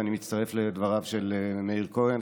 ואני מצטרף לדבריו של מאיר כהן,